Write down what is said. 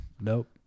nope